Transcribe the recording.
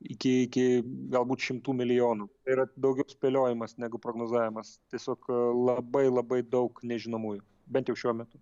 iki iki galbūt šimtų milijonų tai yra daugiau spėliojimas negu prognozavimas tiesiog labai labai daug nežinomųjų bent jau šiuo metu